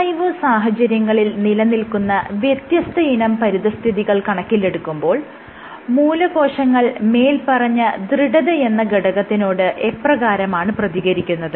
in വൈവോ സാഹചര്യങ്ങളിൽ നിലനിൽക്കുന്ന വ്യത്യസ്തയിനം പരിതസ്ഥിതികൾ കണക്കിലെടുക്കുമ്പോൾ മൂലകോശങ്ങൾ മേല്പറഞ്ഞ ദൃഢതയെന്ന ഘടകത്തിനോട് എപ്രകാരമാണ് പ്രതികരിക്കുന്നത്